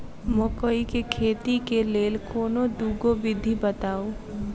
मकई केँ खेती केँ लेल कोनो दुगो विधि बताऊ?